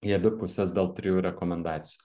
į abi puses dėl trijų rekomendacijų